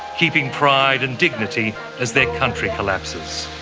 keeping pride and dignity as their country collapses.